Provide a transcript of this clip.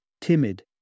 timid